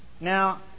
Now